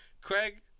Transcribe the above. Craig